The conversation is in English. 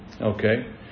Okay